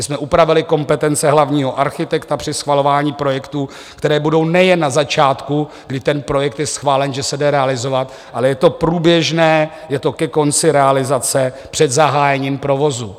My jsme upravili kompetence hlavního architekta při schvalování projektů, které budou nejen na začátku, kdy ten projekt je schválen, že se jde realizovat, ale je to průběžné, je to ke konci realizace, před zahájením provozu.